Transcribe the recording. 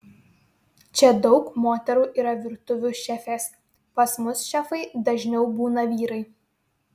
čia daug moterų yra virtuvių šefės pas mus šefai dažniau būna vyrai